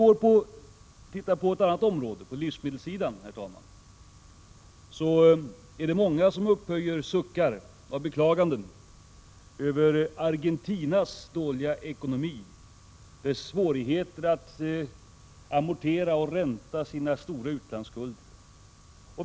Om vi tittar på ett annat område, på livsmedelssidan, herr talman, är det många som upphäver suckar av beklaganden över Argentinas dåliga 163 ekonomi, dess svårigheter att amortera och betala ränta på sina stora utlandsskulder.